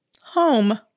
Home